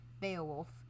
beowulf